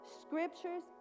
scriptures